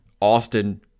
Austin